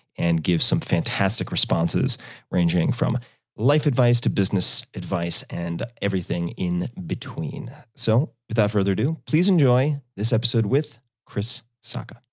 and give some fantastic responses ranging from life advice to business advice and everything in between. so without further ado, please enjoy this episode with chris sacca.